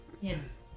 Yes